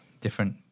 different